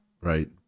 right